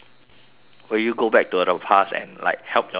will you go back to the past and like help yourself out